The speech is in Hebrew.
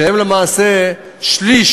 והם למעשה שליש